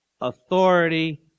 authority